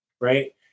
right